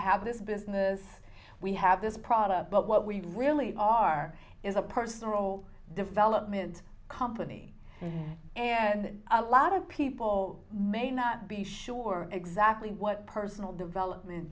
have this business we have this product but what we really are is a personal development company and a lot of people may not be sure exactly what personal development